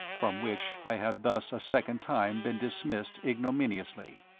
from which i had thus a second time been dismissed ignominiously.